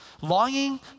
Longing